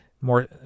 more